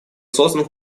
создан